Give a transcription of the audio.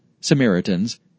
Samaritans